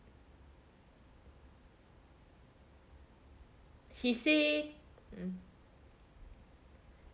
he say